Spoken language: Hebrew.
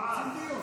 רוצים דיון.